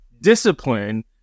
discipline